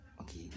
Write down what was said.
okay